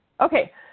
Okay